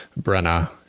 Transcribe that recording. Brenna